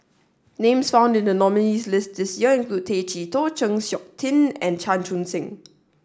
names found in the nominees' list this year include Tay Chee Toh Chng Seok Tin and Chan Chun Sing